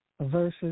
Versus